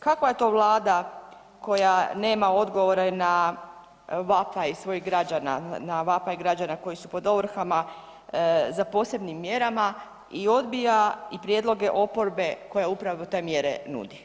Kakva je to Vlada koja nema odgovora na vapaj svojih građana, na vapaj građana koji su pod ovrhama za posebnim mjerama i odbija i prijedloge oporbe koja upravo te mjere nudi?